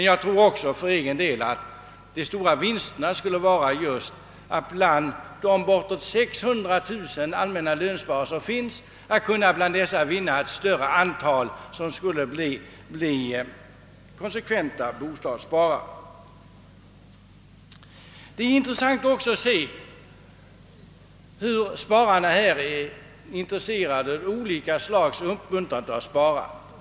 Jag tror för egen del att ett av de angelägna målen är att bland de bortåt 600 000, som är med i det allmänna lönsparandet, söka vinna ett större antal konsekventa bostadssparare. Intressant är också att se hur spararna ställer sig till olika slags uppmuntran av sparandet.